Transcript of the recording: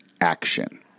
action